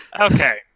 Okay